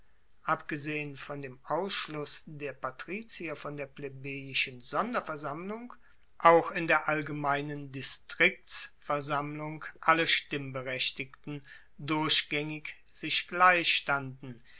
abgesehen von dem ausschluss der patrizier von der plebejischen sonderversammlung auch in der allgemeinen distriktsversammlung alle stimmberechtigten durchgaengig sich